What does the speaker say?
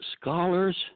scholars